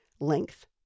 length